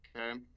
Okay